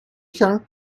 her